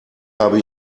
habe